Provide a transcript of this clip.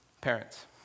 Parents